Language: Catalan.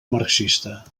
marxista